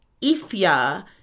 Ifya